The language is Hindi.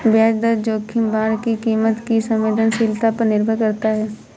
ब्याज दर जोखिम बांड की कीमत की संवेदनशीलता पर निर्भर करता है